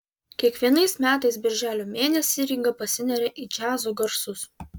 kiekvienais metais birželio mėnesį ryga pasineria į džiazo garsus